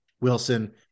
Wilson